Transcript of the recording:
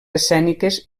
escèniques